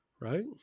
right